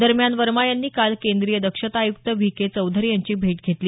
दरम्यान वर्मा यांनी काल केंद्रीय दक्षता आयुक्त व्ही के चौधरी यांची भेट घेतली